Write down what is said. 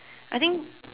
I think